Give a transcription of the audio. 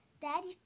daddy